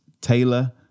Taylor